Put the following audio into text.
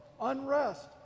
unrest